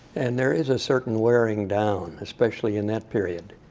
and there is a certain wearing down, especially in that period.